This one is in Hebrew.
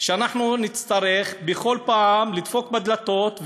שאנחנו נצטרך בכל פעם לדפוק על דלתות,